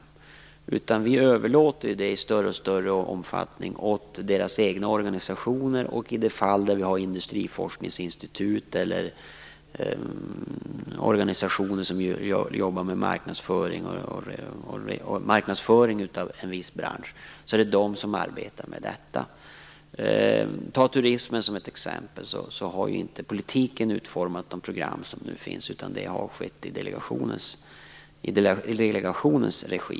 Det överlåts i stället i allt större omfattning åt branschernas egna organisation. I de fall det finns industriforskningsinstitut eller organisationer som jobbar med marknadsföring av en viss bransch är det de som arbetar med detta. Vi kan ta turismen som ett exempel. Politiken har inte utformat de program som nu finns, utan det har skett i delegationens regi.